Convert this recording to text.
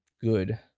good